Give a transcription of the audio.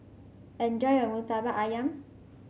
enjoy your murtabak ayam